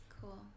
Cool